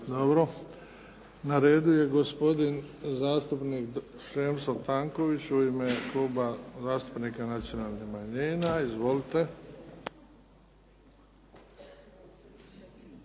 Hvala. Na redu je gospodin zastupnik Šemso Tanković u ime Kluba zastupnika nacionalnih manjina. Izvolite.